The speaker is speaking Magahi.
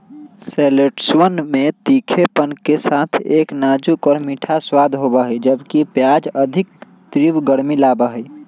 शैलोट्सवन में तीखेपन के साथ एक नाजुक और मीठा स्वाद होबा हई, जबकि प्याज अधिक तीव्र गर्मी लाबा हई